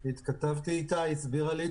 התכתבתי איתה, היא הסבירה לי.